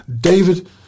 David